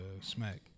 Smack